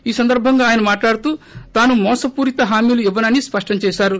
ఈ సందర్బంగా ఆయన మాట్లాడుతూ తాను మోసపూరిత హామీలు ఇవ్వనని స్పష్టం చేశారు